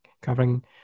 covering